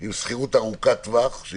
עם שכירות ארוכת טווח.